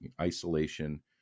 isolation